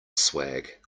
swag